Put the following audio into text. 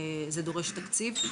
זה דורש תקציב,